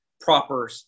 proper